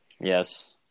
Yes